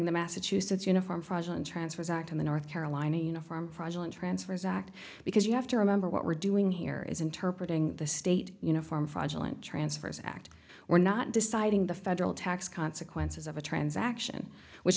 the massachusetts uniform fraudulent transfers act in the north carolina uniform fraudulent transfers act because you have to remember what we're doing here is interpret ing the state uniform fraudulent transfers act we're not deciding the federal tax consequences of a transaction which